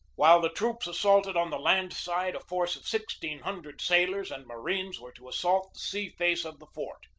while the troops assaulted on the land side, a force of sixteen hundred sailors and marines were to assault the sea face of the fort.